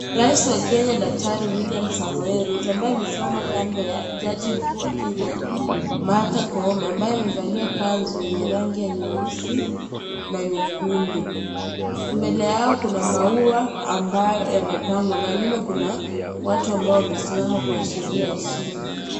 Rais wa Kenya Daktari William Samoe Ruto ambaye amesimama kando ya jaji mkuu wa Kenya, Martha Koome ambaye amevalia kanzu yenye rangi ya nyeusi na nyekundu. Mbele yao kuna maua ambayo yamepangwa, na nyuma kuna watu ambayo wamesimama kuashiria heshima.